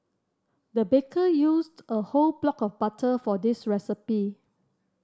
the baker used a whole block of butter for this recipe